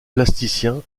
plasticien